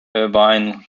irvine